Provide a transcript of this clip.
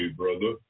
brother